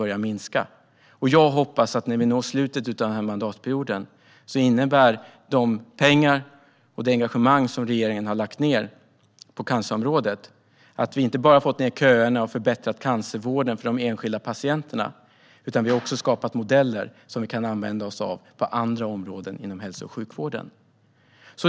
Jag hoppas att när vi når slutet av den här mandatperioden innebär de pengar och det engagemang som regeringen har lagt ned på cancerområdet att vi inte bara har kortat köerna och förbättrat cancervården för de enskilda patienterna utan också skapat modeller som vi kan använda oss av på andra områden inom hälso och sjukvården.